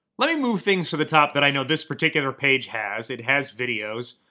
let me move things to the top that i know this particular page has. it has videos.